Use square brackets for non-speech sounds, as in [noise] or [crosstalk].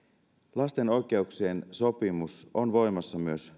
lasten oikeuksien sopimus on voimassa myös [unintelligible]